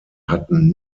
hatten